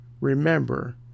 remember